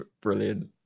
brilliant